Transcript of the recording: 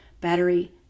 battery